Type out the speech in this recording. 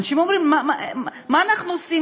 אנשים אומרים: מה אנחנו עושים?